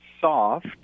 soft